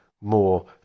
more